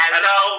Hello